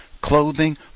clothing